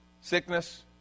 Sickness